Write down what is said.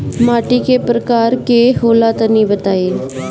माटी कै प्रकार के होला तनि बताई?